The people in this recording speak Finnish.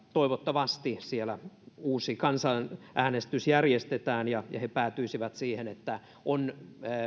toivottavasti siellä uusi kansanäänestys järjestetään ja ja he päätyisivät siihen että on